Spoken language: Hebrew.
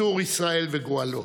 צור ישראל וגואלו,